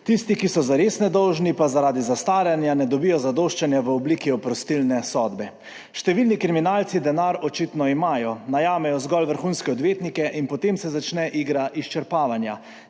Tisti, ki so zares nedolžni, pa zaradi zastaranja ne dobijo zadoščanja v obliki oprostilne sodbe. Številni kriminalci denar očitno imajo, najamejo zgolj vrhunske odvetnike in potem se začne igra izčrpavanja.